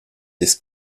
this